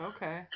Okay